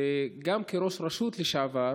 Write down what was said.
וגם כראש רשות לשעבר,